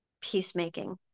peacemaking